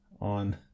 on